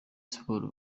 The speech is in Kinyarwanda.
sports